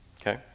Okay